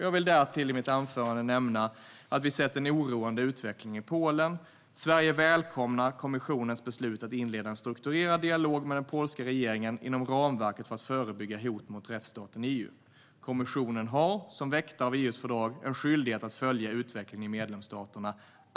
Jag vill därtill i mitt anförande nämna att vi sett en oroande utveckling i Polen. Sverige välkomnar kommissionens beslut att inleda en strukturerad dialog med den polska regeringen inom ramverket för att förebygga hot mot rättsstaten i EU. Kommissionen har, som väktare av EU:s fördrag, en skyldighet att följa utvecklingen i medlemsstaterna.